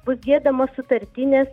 bus giedamos sutartinės